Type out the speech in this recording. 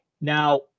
Now